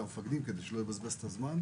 המפקדים יפקחו על זה כדי שלא יבזבז את הזמן,